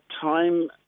time